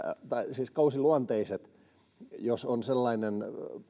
siis kausiluonteiset jos on sellainen